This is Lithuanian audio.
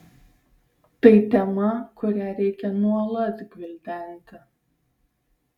tai tema kurią reikia nuolat gvildenti